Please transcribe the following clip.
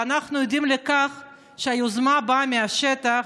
אנחנו עדים לכך שהיוזמה באה מהשטח,